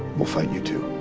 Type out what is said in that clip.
we'll fight you too